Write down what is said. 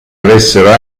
avessero